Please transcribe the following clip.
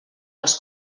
als